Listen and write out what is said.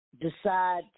decide